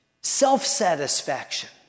self-satisfaction